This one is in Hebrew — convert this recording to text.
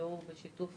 נקבעו בשיתוף